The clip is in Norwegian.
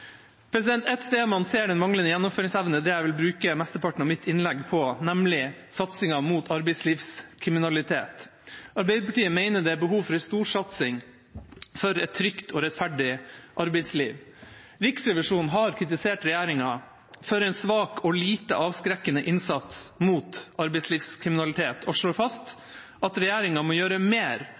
Et sted man ser den manglende gjennomføringsevnen, er det jeg vil bruke mesteparten av mitt innlegg på – nemlig satsingen mot arbeidslivskriminalitet. Arbeiderpartiet mener det er behov for en storsatsing på et trygt og rettferdig arbeidsliv. Riksrevisjonen har kritisert regjeringa for en svak og lite avskrekkende innsats mot arbeidslivskriminalitet og slår fast at regjeringa må gjøre mer